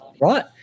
right